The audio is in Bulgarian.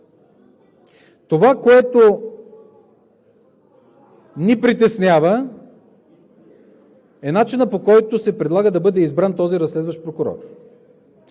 Това, което ни притеснява, е начинът, по който се предлага да бъде избран този разследващ прокурор.